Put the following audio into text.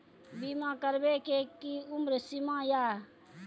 बीमा करबे के कि उम्र सीमा या?